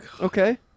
Okay